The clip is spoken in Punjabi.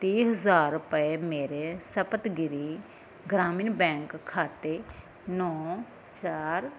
ਤੀਹ ਹਜ਼ਾਰ ਰੁਪਏ ਮੇਰੇ ਸਪਤਗਿਰੀ ਗ੍ਰਾਮੀਣ ਬੈਂਕ ਖਾਤੇ ਨੌਂ ਚਾਰ